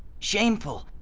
shameful,